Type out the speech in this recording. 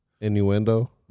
Innuendo